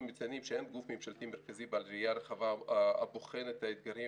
אנחנו מציינים שאין גוף ממשלתי מרכזי בעל ראייה רחבה הבוחן את האתגרים